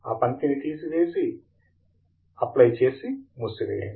ఆ పంక్తిని తీసివేసి ఆపై చేసి మూసివేయండి